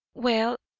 well,